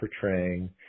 portraying